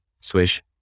swish